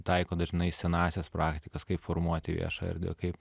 taiko dažnai senąsias praktikas kai formuoti viešą erdvę kaip